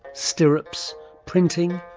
stirrups, printing,